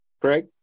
Craig